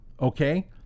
Okay